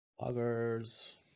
Loggers